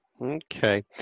Okay